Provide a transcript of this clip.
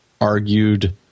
argued